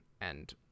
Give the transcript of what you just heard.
and-